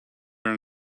are